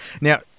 Now